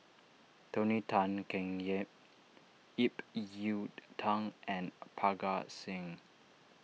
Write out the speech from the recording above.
Tony Tan Keng Yam Ip Yiu Tung and Parga Singh